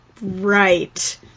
Right